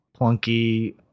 plunky